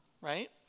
right